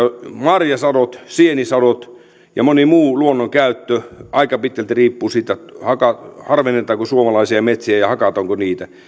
marjasadot sienisadot ja moni muu luonnon käyttö aika pitkälti riippuvat siitä harvennetaanko suomalaisia metsiä ja ja hakataanko niitä